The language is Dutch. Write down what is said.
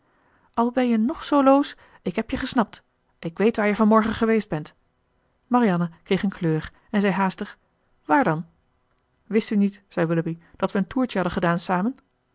al ben je ng zoo loos ik heb je gesnapt ik weet waar je van morgen geweest bent marianne kreeg een kleur en zei haastig waar dan wist u niet zei willoughby dat we een toertje hadden gedaan samen